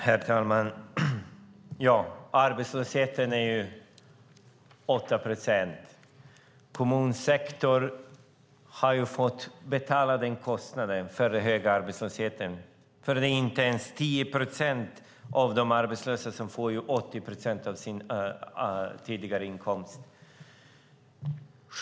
Herr talman! Arbetslösheten är 8 procent. Kommunsektorn har fått betala kostnaden för den höga arbetslösheten, för inte ens 10 procent av de arbetslösa får 80 procent av sin tidigare inkomst.